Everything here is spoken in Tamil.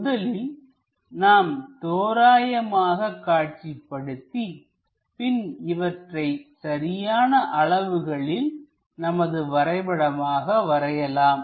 முதலில் நாம் தோராயமாக காட்சிப்படுத்தி பின் இவற்றை சரியான அளவுகளில் நமது வரைபடமாக வரையலாம்